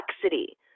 complexity